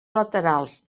laterals